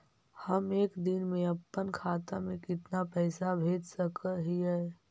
हम एक दिन में अपन खाता से कितना पैसा भेज सक हिय?